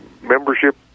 membership